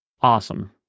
awesome